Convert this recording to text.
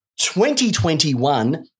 2021